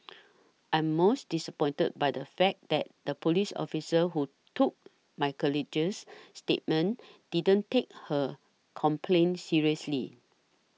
I'm most disappointed by the fact that the police officer who took my colleague's statement didn't take her complaint seriously